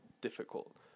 difficult